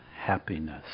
happiness